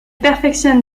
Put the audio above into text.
perfectionne